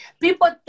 people